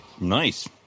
Nice